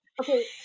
Okay